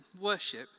worship